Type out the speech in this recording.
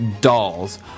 dolls